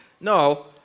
No